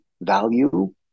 value